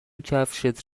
کفشت